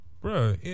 bro